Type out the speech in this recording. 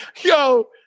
Yo